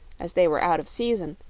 as they were out of season,